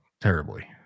terribly